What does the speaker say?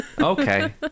Okay